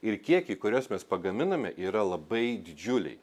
ir kiekiai kuriuos mes pagaminame yra labai didžiuliai